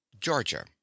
Georgia